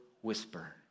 whisper